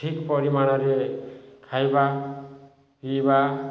ଠିକ୍ ପରିମାଣରେ ଖାଇବା ପିଇବା